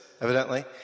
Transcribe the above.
evidently